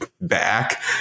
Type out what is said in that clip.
back